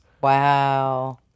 Wow